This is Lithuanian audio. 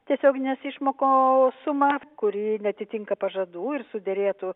tiesioginės išmokos sumą kuri neatitinka pažadų ir suderėtų